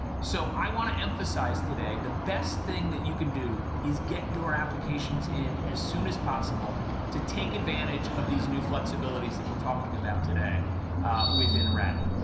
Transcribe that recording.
so i want to emphasize today the best thing that you can do is get your applications in as soon as possible to take advantage of these new flexibilities that we're talking about today within rad.